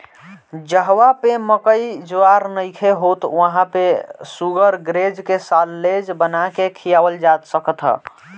जहवा पे मकई ज्वार नइखे होत वहां पे शुगरग्रेज के साल्लेज बना के खियावल जा सकत ह